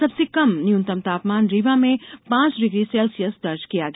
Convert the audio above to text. सबसे कम न्यूनतम तापमान रीवा में पांच डिग्री सेल्सियस दर्ज किया गया